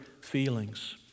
feelings